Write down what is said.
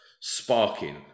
sparking